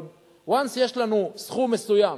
אבל once יש לנו סכום מסוים,